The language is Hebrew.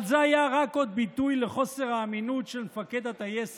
אבל זה היה רק עוד ביטוי לחוסר האמינות של מפקד הטייסת,